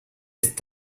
ist